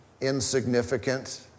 insignificant